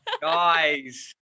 Guys